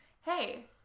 Hey